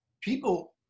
people